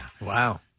Wow